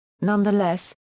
Nonetheless